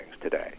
today